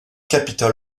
capitol